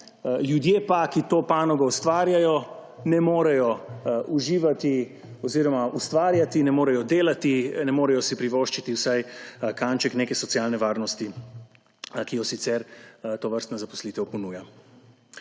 ljudje pa, ki to panogo ustvarjajo, ne morejo uživati oziroma ustvarjati, ne morejo delati, ne morejo si privoščiti vsaj kanček neke socialne varnosti, ki jo sicer tovrstna zaposlitev ponuja.